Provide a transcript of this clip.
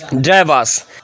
drivers